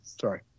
Sorry